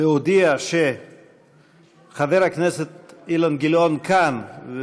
להודיע שחבר הכנסת אילן גילאון כאן,